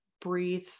breathe